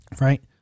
Right